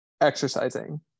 exercising